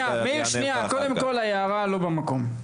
מאיר, קודם כול, ההערה לא במקום.